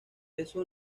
eso